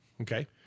Okay